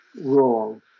wrong